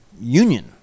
union